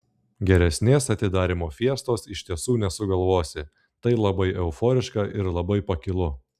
geresnės atidarymo fiestos iš tiesų nesugalvosi tai labai euforiška ir labai pakilu